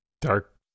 Dark